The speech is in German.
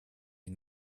die